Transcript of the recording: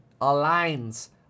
aligns